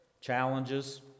challenges